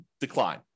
decline